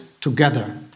together